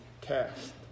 cast